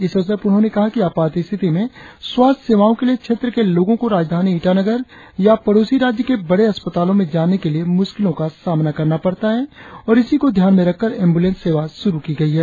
इस अवसर पर उन्होंने कहा कि आपात स्थिति में स्वास्थ्य सेवाओ के लिए क्षेत्र के लोंगो को राजधानी ईटानगर या पड़ोसी राज्य के बड़े अस्पतालों में जाने के लिए मुश्किलों का सामना करना पड़ता है और इसी को ध्यान में रखकर एंबुलेंस सेवा शुरु की गई है